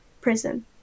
prison